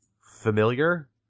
familiar